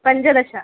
पञ्चदश